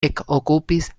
ekokupis